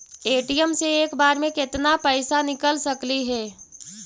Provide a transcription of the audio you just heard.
ATM से एक बार मे केत्ना पैसा निकल सकली हे?